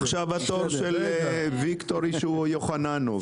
עכשיו התור של ויקטורי שהוא יוחננוף.